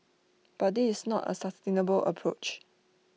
but this is not A sustainable approach